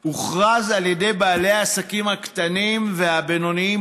הוכרז על ידי בעלי העסקים הקטנים והבינוניים